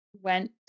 went